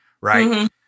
right